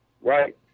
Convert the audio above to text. Right